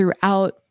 throughout